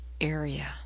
area